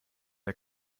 der